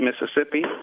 Mississippi